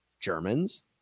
Germans